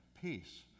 peace